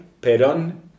Perón